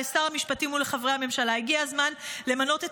לשר המשפטים ולחברי הממשלה: הגיע הזמן למנות את